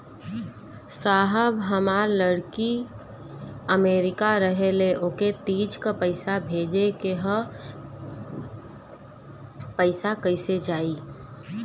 साहब हमार लईकी अमेरिका रहेले ओके तीज क पैसा भेजे के ह पैसा कईसे जाई?